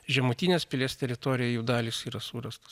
žemutinės pilies teritorijoj jų dalys yra surastos